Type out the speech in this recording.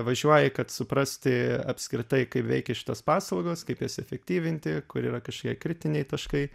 važiuoji kad suprasti apskritai kaip veikia šitos paslaugos kaip jas efektyvinti kur yra kažkiek kritiniai taškai